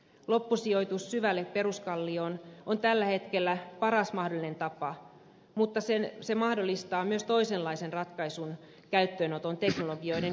loppusijoitus syvälle peruskallioon on tällä hetkellä paras mahdollinen tapa mutta se mahdollistaa myös toisenlaisen ratkaisun käyttöönoton teknologioiden kehittyessä